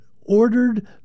ordered